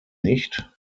nicht